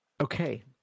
Okay